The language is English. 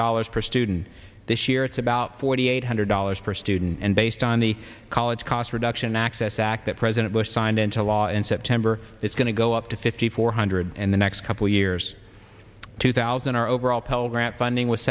dollars per student this year it's about forty eight hundred dollars per student and based on the college cost reduction access act that president bush signed into law in september is going to go up to fifty four hundred in the next couple years two thousand our overall